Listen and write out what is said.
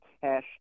cash